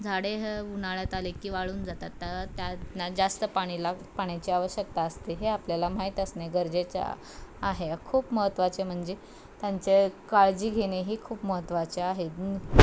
झाडे ह उन्हाळ्यात आले की वाळून जातात तर त्यांना जास्त पाणीला पाण्याची आवश्यकता असते हे आपल्याला माहीत असणे गरजेचं आहे खूप महत्त्वाचे म्हणजे त्यांचे काळजी घेणे ह खूप महत्त्वाचे आहे